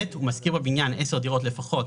הוא משכיר בבניין 10 דירות לפחות,